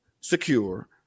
secure